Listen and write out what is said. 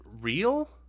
real